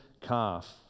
calf